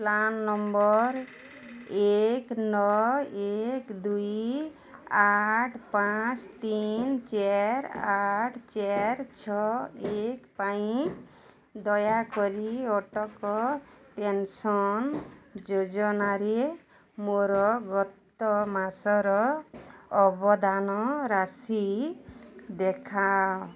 PRAN number ଏକ ନଅ ଏକ ଦୁଇ ଆଠ ପାଞ୍ଚ ତିନ ଚାର ଆଠ ଚାର ଛଅ ଏକ ପାଇଁ ଦୟାକରି ଅଟଳ ପେନ୍ସନ୍ ଯୋଜନାରେ ମୋର ଗତ ମାସର ଅବଦାନ ରାଶି ଦେଖାଅ